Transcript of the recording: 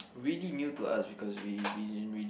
really new to us because we didn't really